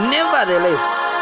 Nevertheless